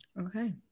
Okay